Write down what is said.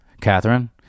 Catherine